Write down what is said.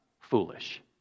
foolish